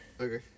Okay